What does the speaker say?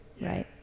Right